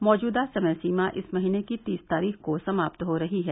मौजूदा समय सीमा इस महीने की तीस तारीख को समाप्त हो रही है